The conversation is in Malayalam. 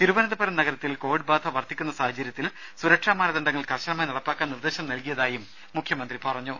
തിരുവനന്തപുരം നഗരത്തിൽ കോവിഡ് ബാധ വർധിക്കുന്ന സാഹചര്യത്തിൽ സുരക്ഷാ മാനദണ്ഡങ്ങൾ കർശനമായി നടപ്പാക്കാൻ നിർദ്ദേശം നൽകിയതായും മുഖ്യമന്ത്രി പറഞ്ഞു